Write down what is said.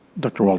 dr. walter.